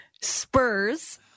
spurs